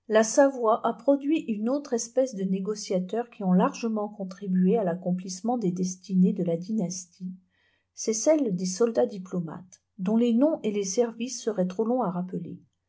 a produit une autre espèce de négociateurs qui ont largement contribué à l'accomplissement des destinées de la dynastie c'est celle des soldats diplomates dont les noms et les services seraient trop longs à rappeler